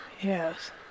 Yes